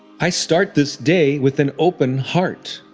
i start this day with an open heart.